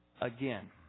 again